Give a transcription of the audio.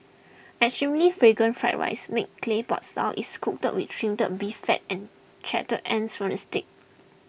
extremely Fragrant Fried Rice made Clay Pot Style is cooked up with Trimmed Beef Fat and charred ends from the steak